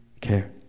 care